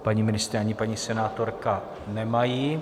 Paní ministryně ani paní senátorka nemají.